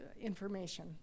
information